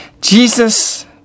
Jesus